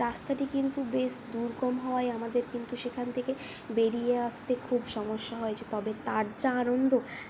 রাস্তাটি কিন্তু বেশ দুর্গম হওয়ায় আমাদের কিন্তু সেখান থেকে বেরিয়ে আসতে খুব সমস্যা হয়েছে তবে তার যা আনন্দ